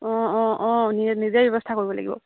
অঁ অঁ অঁ নিজ নিজে ব্যৱস্থা কৰিব লাগিব